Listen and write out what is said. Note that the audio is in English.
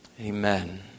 Amen